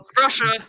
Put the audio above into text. russia